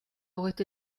aurait